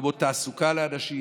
למקומות תעסוקה לאנשים,